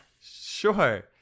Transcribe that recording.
Sure